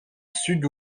sud